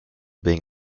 being